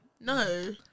no